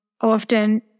often